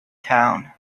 town